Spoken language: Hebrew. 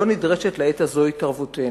לא נדרשת לעת הזו התערבותנו,